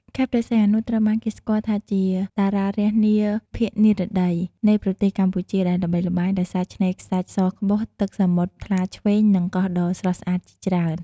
ខេត្តព្រះសីហនុ ត្រូវបានគេស្គាល់ថាជា "តារារះនាភាគនិរតី" នៃប្រទេសកម្ពុជា ដែលល្បីល្បាញដោយសារឆ្នេរខ្សាច់សក្បុស ទឹកសមុទ្រថ្លាឈ្វេង និងកោះដ៏ស្រស់ស្អាតជាច្រើន។